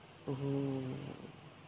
oo